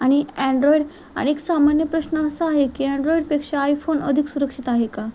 आणि अँड्रॉईड आणि एक सामान्य प्रश्न असा आहे की अँड्रॉईडपेक्षा आयफोन अधिक सुरक्षित आहे का